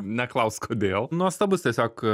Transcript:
neklausk kodėl nuostabus tiesiog